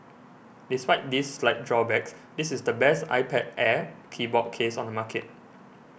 despite these slight drawbacks this is the best iPad Air keyboard case on the market